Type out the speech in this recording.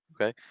Okay